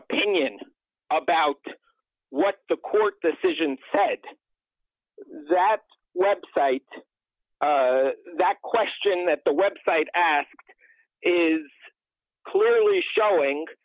opinion about what the court decision said that web site that question that the web site asked is clearly showing